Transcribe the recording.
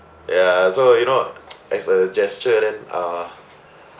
ya so you know as a gesture then uh